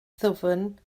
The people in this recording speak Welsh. ddwfn